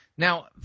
Now